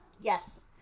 Yes